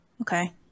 Okay